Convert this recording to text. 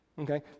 Okay